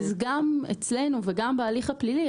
גם אצלנו וגם בהליך הפלילי,